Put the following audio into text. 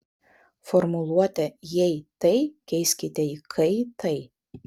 formuluotę jei tai keiskite į kai tai